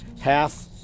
half